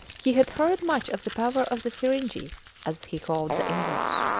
he had heard much of the power of the firinghis, as he called the english.